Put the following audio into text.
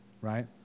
right